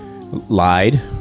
Lied